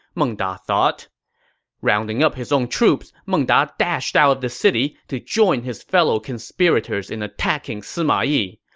meng da thought rounding up his own troops, meng da dashed out of the city to join his fellow conspirators in attacking sima yi.